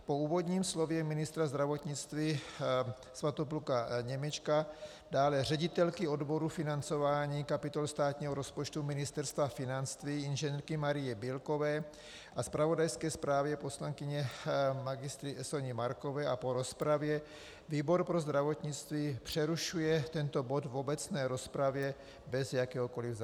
Po úvodním slově ministra zdravotnictví Svatopluka Němečka, dále ředitelky odboru financování kapitoly státního rozpočtu Ministerstva financí Ing. Marie Bílkové a zpravodajské zprávě poslankyně Soni Markové a po rozpravě výbor pro zdravotnictví přerušuje tento bod v obecné rozpravě bez jakéhokoli závěru.